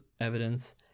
evidence